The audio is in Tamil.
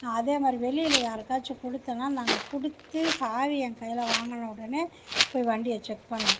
அதேமாதிரி வெளியில் யாருக்காச்சும் கொடுத்தோனா நாங்கள் கொடுத்து சாவியை என் கையில் வாங்கின உடனே போய் வண்டியை செக் பண்ணுவேன்